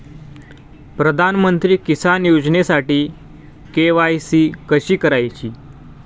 प्रधानमंत्री किसान योजनेसाठी इ के.वाय.सी कशी करायची?